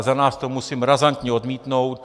Za nás to musím razantně odmítnout.